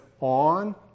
on